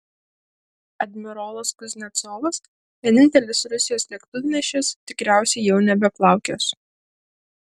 admirolas kuznecovas vienintelis rusijos lėktuvnešis tikriausiai jau nebeplaukios